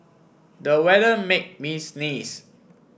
the weather made me sneeze